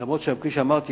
אף שכפי שאמרתי,